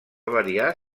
variar